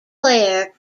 clair